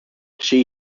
she